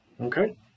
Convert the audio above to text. Okay